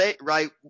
right